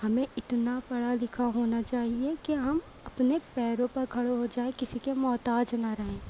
ہمیں اتنا پڑھا لکھا ہونا چاہیے کہ ہم اپنے پیروں پر کھڑے ہو جائیں کسی کے محتاج نہ رہیں